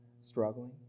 struggling